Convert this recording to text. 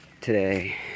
today